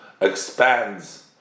expands